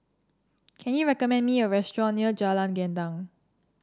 can you recommend me a restaurant near Jalan Gendang